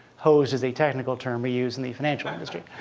hosed is a technical term we use in the financial industry.